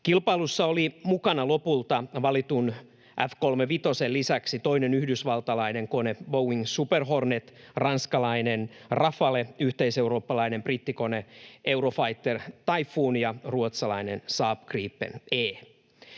Kilpailussa oli mukana lopulta valitun F-35:n lisäksi toinen yhdysvaltalainen kone Boeing Super Hornet, ranskalainen Rafale, yhteiseurooppalainen brittikone Eurofighter Typhoon ja ruotsalainen Saab Gripen E.